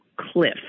cliff